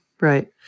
Right